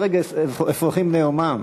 הרג אפרוחים בני יומם.